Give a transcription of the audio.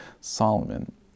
Solomon